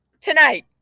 tonight